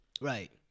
right